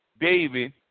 David